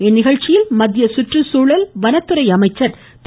இந்நிகழ்ச்சியில் மத்திய சுற்றுச்சூழல் வனத்துறை அமைச்சர் திரு